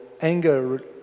anger